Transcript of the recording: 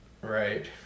Right